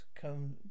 Come